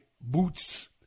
boots